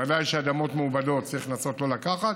ודאי שאדמות מעובדות צריך לנסות שלא לקחת.